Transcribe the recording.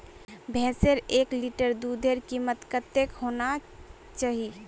भैंसेर एक लीटर दूधेर कीमत कतेक होना चही?